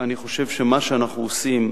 אני חושב שמה שאנחנו עושים,